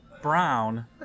Brown